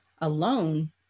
alone